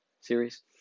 series